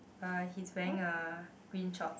uh he's wearing uh green shorts